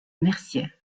mercier